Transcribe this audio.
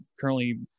currently